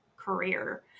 Career